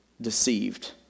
deceived